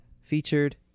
featured